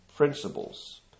Principles